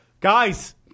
Guys